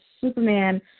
Superman